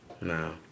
No